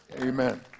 Amen